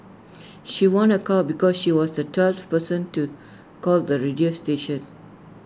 she won A car because she was the twelfth person to call the radio station